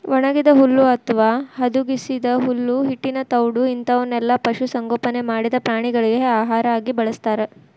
ಒಣಗಿದ ಹುಲ್ಲು ಅತ್ವಾ ಹುದುಗಿಸಿದ ಹುಲ್ಲು ಹಿಟ್ಟಿನ ತೌಡು ಇಂತವನ್ನೆಲ್ಲ ಪಶು ಸಂಗೋಪನೆ ಮಾಡಿದ ಪ್ರಾಣಿಗಳಿಗೆ ಆಹಾರ ಆಗಿ ಬಳಸ್ತಾರ